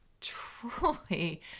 Truly